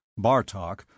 Bartok